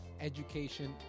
education